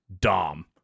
Dom